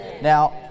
Now